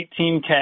18K